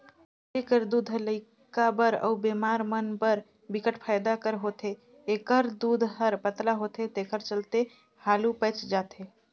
छेरी कर दूद ह लइका बर अउ बेमार मन बर बिकट फायदा कर होथे, एखर दूद हर पतला होथे तेखर चलते हालु पयच जाथे